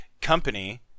company